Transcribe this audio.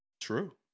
True